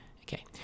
Okay